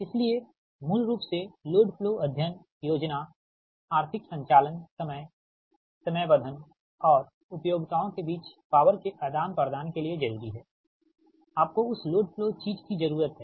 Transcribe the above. इसलिए मूल रूप से लोड फ्लो अध्ययन योजनाआर्थिक संचालन समय समयबद्धन और उपयोगिताओ के बीच पावर के आदान प्रदान के लिए जरूरी है आपको उस लोड फ्लो चीज की जरूरत है